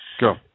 Go